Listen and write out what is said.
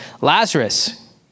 Lazarus